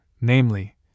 namely